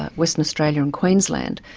ah western australia and queensland,